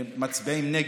מצביעים נגד,